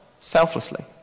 selflessly